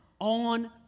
on